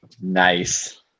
Nice